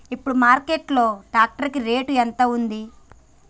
ఇప్పుడు మార్కెట్ లో ట్రాక్టర్ కి రేటు ఎంత ఉంది?